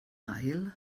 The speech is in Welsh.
ail